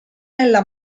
nella